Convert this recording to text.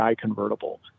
convertible